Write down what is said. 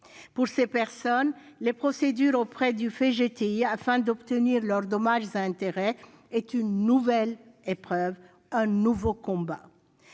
Pour ces personnes, les procédures auprès du FGTI afin d'obtenir des dommages et intérêts sont une nouvelle épreuve, un nouveau combat.